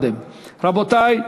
רבותי,